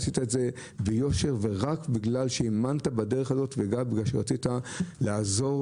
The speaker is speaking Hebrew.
עשית זאת ביושר ורק כי האמנת בדרך הזו ורצית לעזור,